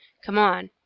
come on,